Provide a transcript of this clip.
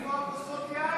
איפה כוסות היין?